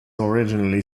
originally